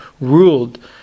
ruled